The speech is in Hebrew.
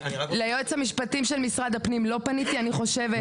לא פניתי ליועץ המשפטי של משרד הפנים.